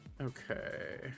Okay